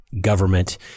government